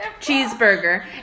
Cheeseburger